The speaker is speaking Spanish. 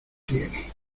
tiene